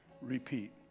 repeat